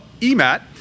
EMAT